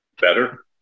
better